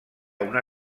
una